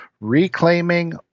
reclaiming